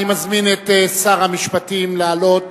אני מזמין את שר המשפטים לעלות